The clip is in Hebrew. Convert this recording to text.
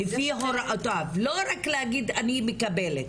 לפי הוראותיו, לא רק להגיד - אני מקבלת.